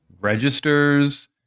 registers